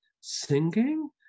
singing